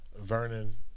Vernon